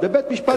בבית-משפט.